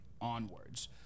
onwards